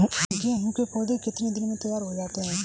गेहूँ के पौधे कितने दिन में तैयार हो जाते हैं?